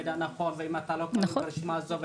ואם אתה לא ברשימה הזאת,